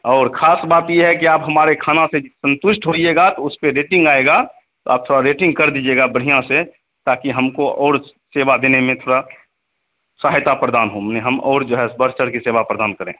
और खास बात यह है कि आप हमारे खाना से सन्तुष्ट होइएगा तो उसपर रेटिन्ग आएगी तो आप थोड़ी रेटिन्ग कर दीजिएगा बढ़ियाँ से ताकि हमको और सेवा देने में थोड़ी सहायता प्रदान हो माने हम और जो है बढ़चढ़कर सेवा प्रदान करें